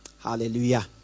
Hallelujah